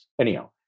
Anyhow